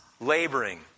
laboring